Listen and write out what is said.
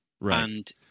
Right